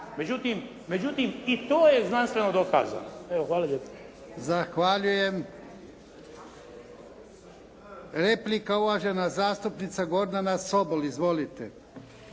Međutim, i to je znanstveno dokazano. Hvala lijepo. **Jarnjak, Ivan (HDZ)** Zahvaljujem. Replika uvažena zastupnica Gordana Sobol. Izvolite.